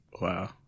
Wow